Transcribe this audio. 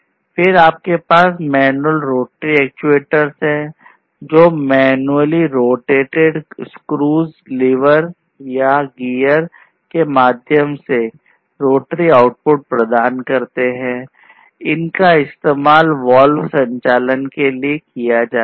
फिर आपके पास मैन्युअल रोटरी संचालन के लिए या जाता है